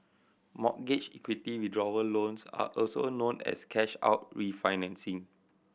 mortgage equity withdrawal loans are also known as cash out refinancing